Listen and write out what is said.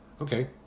Okay